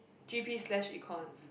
g_p slash econs